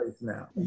now